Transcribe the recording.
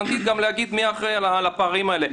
זה גם להגיד מי אחראי על הפערים האלה.